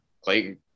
Clayton